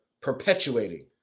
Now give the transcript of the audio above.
perpetuating